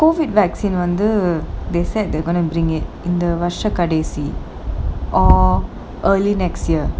COVID vaccine வந்து:vanthu they said they're going to bring it இந்த வர்ஷம் கடைசி:intha varsham kadaisi or early next year